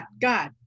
god